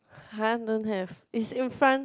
[huh] don't have is in front